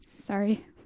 Sorry